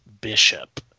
Bishop